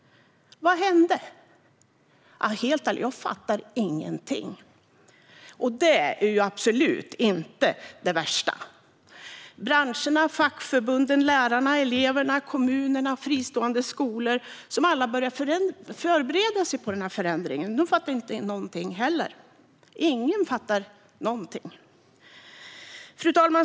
Vad hände? Helt ärligt: Jag fattar ingenting. Men det är absolut inte det värsta. Branscherna, fackförbunden, lärarna, eleverna, kommunerna och de fristående skolorna, som alla hade börjat förbereda sig på förändringen, fattar inte heller något. Ingen fattar någonting. Fru talman!